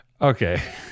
Okay